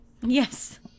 Yes